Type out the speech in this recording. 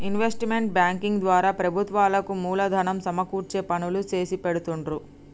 investment banking ద్వారా ప్రభుత్వాలకు మూలధనం సమకూర్చే పనులు చేసిపెడుతుండ్రు